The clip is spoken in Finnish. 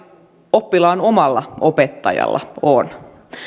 oppilaan omalla opettajalla on